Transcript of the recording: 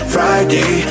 Friday